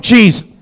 Jesus